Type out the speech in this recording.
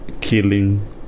killing